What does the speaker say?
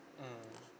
mmhmm